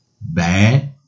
bad